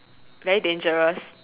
very dangerous